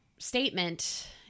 statement